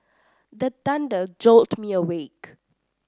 the thunder jolt me awake